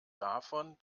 davon